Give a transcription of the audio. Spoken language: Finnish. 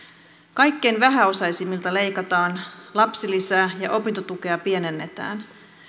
kaikkein vähäosaisimmilta leikataan lapsilisää ja opintotukea pienennetään